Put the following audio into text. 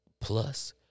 plus